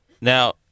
Now